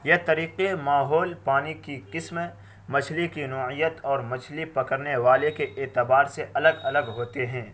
یہ طریقے ماحول پانی کی قسمیں مچھلی کی نعیت اور مچھلی پکڑنے والے کے اعتبار سے الگ الگ ہوتے ہیں